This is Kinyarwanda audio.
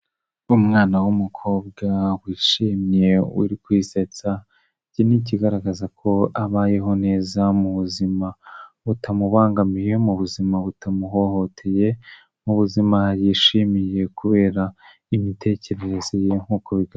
Umwana w'umukobwa wishimye uri kwisetsa, iki n'ikigaragaza ko abayeho neza mu buzima butamubangamiye, mu buzima butamuhohoteye, mubuzima yishimiye kubera imitekerereze ye nk'uko bigaragara.